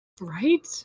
Right